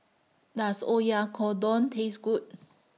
Does Oyakodon Taste Good